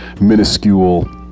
minuscule